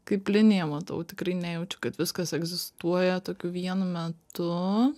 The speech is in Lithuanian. kaip liniją matau tikrai nejaučiu kad viskas egzistuoja tokiu vienu metu